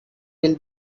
will